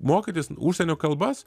mokytis užsienio kalbas